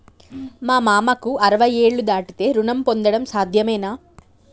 మా మామకు అరవై ఏళ్లు దాటితే రుణం పొందడం సాధ్యమేనా?